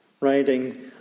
riding